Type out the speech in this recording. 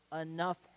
enough